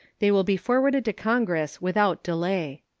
they will be forwarded to congress without delay.